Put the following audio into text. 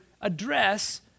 address